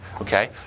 okay